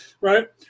Right